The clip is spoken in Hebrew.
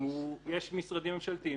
יש משרדים ממשלתיים